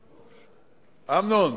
אמנון.